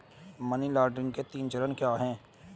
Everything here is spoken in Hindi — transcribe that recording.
मनी लॉन्ड्रिंग के तीन चरण क्या हैं?